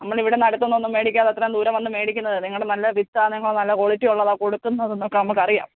നമ്മളിവിടുന്ന് അടുത്തുന്നൊന്നും മേടിക്കാതെ അത്രേം ദൂരെ വന്ന് മേടിക്കുന്നത് നിങ്ങൾ നല്ല വിത്താണ് നിങ്ങൾ നല്ല ക്വാളിറ്റിയുള്ളതാണ് കൊടുക്കുന്നതെന്നൊക്കെ നമുക്കറിയാം